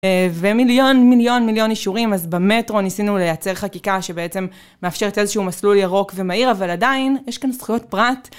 ומיליון מיליון מיליון אישורים, אז במטרו ניסינו לייצר חקיקה שבעצם מאפשרת איזשהו מסלול ירוק ומהיר, אבל עדיין יש כאן זכויות פרט.